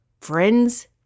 Friends